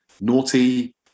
naughty